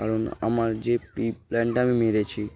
কারণ আমার যে প্রি প্ল্যানটা আমি মেরেছি